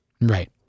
Right